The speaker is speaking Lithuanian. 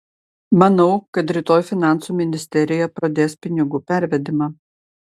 manau kad rytoj finansų ministerija pradės pinigų pervedimą